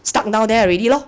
stuck down there already lor